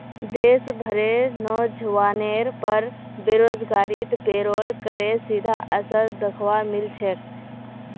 देश भरेर नोजवानेर पर बेरोजगारीत पेरोल करेर सीधा असर दख्वा मिल छेक